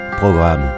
programme